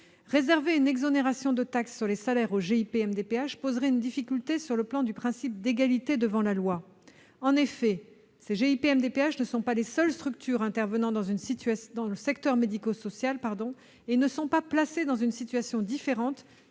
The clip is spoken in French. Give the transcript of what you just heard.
Réserver une exonération de taxe sur les salaires aux GIP MDPH poserait une difficulté sur le plan du principe d'égalité devant la loi. En effet, ces structures ne sont pas les seules du secteur médico-social et ne sont pas placées dans une situation différente